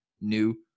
new